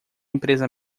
empresa